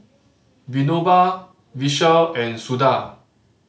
Vinoba Vishal and Suda